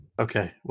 Okay